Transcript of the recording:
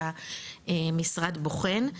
שהמשרד בוחן.